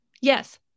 Yes